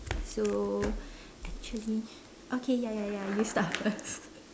so actually okay ya ya ya you start first